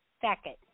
Second